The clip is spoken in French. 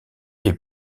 ait